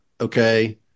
okay